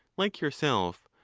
like your self,